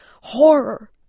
horror